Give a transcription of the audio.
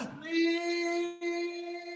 please